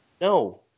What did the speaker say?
No